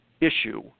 issue